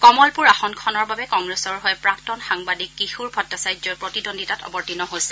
কমলপুৰ আসনখনৰ বাবে কংগ্ৰেছৰ হৈ প্ৰাক্তন সাংবাদিক কিশোৰ ভট্টাচাৰ্য্যই প্ৰতিদ্বন্দ্বিতাত অৱতীৰ্ণ হৈছে